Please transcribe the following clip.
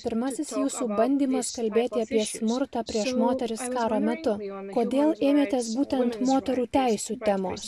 pirmasis jūsų bandymas kalbėti apie smurtą prieš moteris karo metu kodėl ėmėtės būtent moterų teisių temos